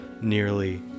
nearly